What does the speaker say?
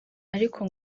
ariko